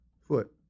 foot